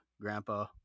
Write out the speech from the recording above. Grandpa